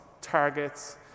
targets